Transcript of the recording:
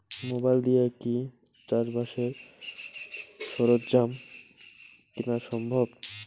Mobile দিয়া কি চাষবাসের সরঞ্জাম কিনা সম্ভব?